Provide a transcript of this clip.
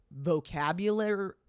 vocabulary